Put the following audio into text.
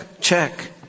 check